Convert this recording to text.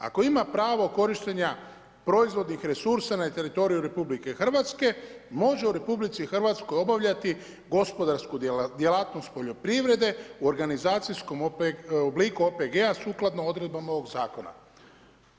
Ako ima pravo korištenja proizvodnih resursa na teritoriju Republike Hrvatske, može u RH obavljati gospodarsku djelatnost poljoprivrede u organizacijskom obliku OPG-a sukladno odredbama ovog zakona.“